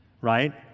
right